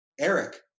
eric